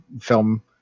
film